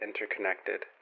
interconnected